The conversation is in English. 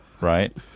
right